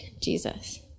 Jesus